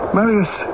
Marius